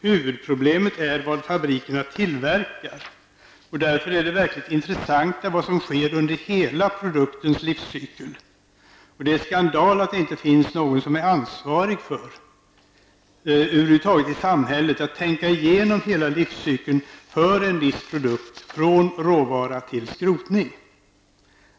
Huvudproblemet är vad fabrikerna tillverkar, och därför är det verkligt intressanta vad som sker under hela produktens livscykel. Och det är en skandal att det över huvud taget i samhället inte finns någon som är ansvarig för att tänka igenom hela livscykeln för en viss produkt, från råvara till skrotning.